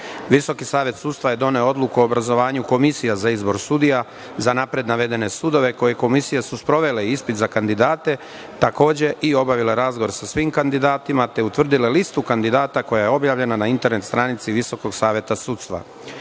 Visoki savet sudstva je doneo odluku o obrazovanju komisija za izbor sudija za napred navedene sudove, a komisije su sprovele ispit za kandidate, a i obavile razgovor sa svim kandidatima, te je utvrdila listu kandidata koja je objavljena na stranici Visokog saveta sudstva. Na